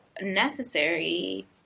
necessary